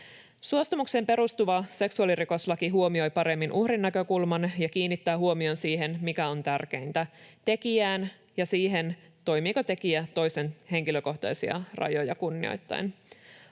Suostumukseen perustuva seksuaalirikoslaki huomioi paremmin uhrin näkökulman ja kiinnittää huomion siihen, mikä on tärkeintä: tekijään ja siihen, toimiiko tekijä toisen henkilökohtaisia rajoja kunnioittaen.